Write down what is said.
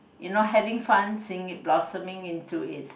you know having fun seeing it blossoming into its